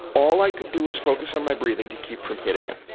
all i could do was focus on my breathing to keep from hitting him.